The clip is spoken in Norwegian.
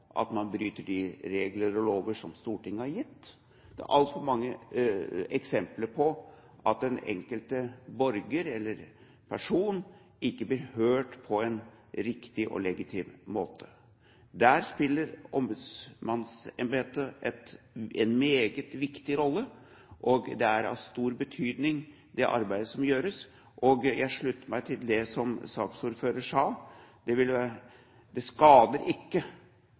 at man bryter de regler og lover som Stortinget har gitt. Det er altfor mange eksempler på at den enkelte borger, eller person, ikke blir hørt på en riktig og legitim måte. Der spiller ombudsmannsembetet en meget viktig rolle. Det er av stor betydning det arbeidet som gjøres, og jeg slutter meg til det som saksordføreren sa. Det skader ikke om flere i befolkningen blir oppmerksom på det